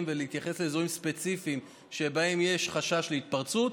ולהתייחס לאזורים ספציפיים שבהם יש חשש להתפרצות,